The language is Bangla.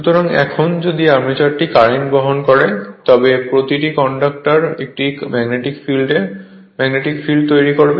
সুতরাং এখন যদি আর্মেচারটি কারেন্ট বহন করে তবে প্রতিটি কন্ডাক্টর একটি ম্যাগনেটিক ফিল্ড তৈরি করবে